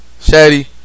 Shady